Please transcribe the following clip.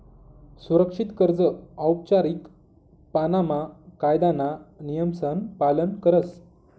सुरक्षित कर्ज औपचारीक पाणामा कायदाना नियमसन पालन करस